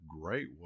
great